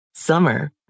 Summer